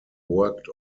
worked